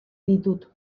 ditut